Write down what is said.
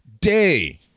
day